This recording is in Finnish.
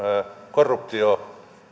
korruptiota